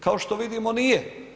Kao što vidimo nije.